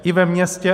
I ve městě.